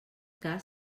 cas